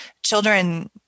Children